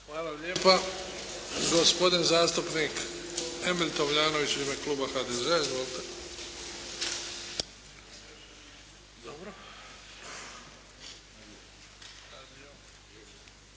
Hvala lijepa. Gospodin zastupnik Emil Tomljanović u ime kluba HDZ-a. Izvolite.